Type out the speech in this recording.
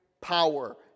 power